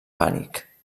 pànic